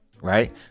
right